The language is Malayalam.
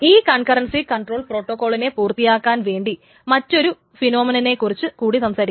ഈ കൺകറൻസി കൺട്രോൾ പ്രോട്ടോകോളിനെ പൂർത്തിയാക്കാൻ വേണ്ടി നമുക്ക് മറ്റൊരു ഫിനോമിനനിനെക്കുറിച്ച് കൂടി സംസാരിക്കാം